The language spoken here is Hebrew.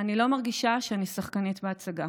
אני לא מרגישה שאני חלק מהצגה